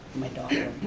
my daughter.